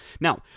Now